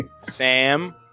Sam